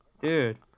Dude